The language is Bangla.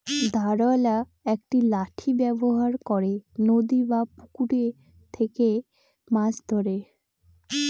ধারওয়ালা একটি লাঠি ব্যবহার করে নদী বা পুকুরে থেকে মাছ ধরে